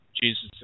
Jesus